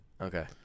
Okay